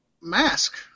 Mask